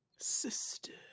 Sister